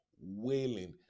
Wailing